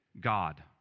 God